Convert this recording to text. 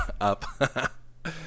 up